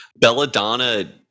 Belladonna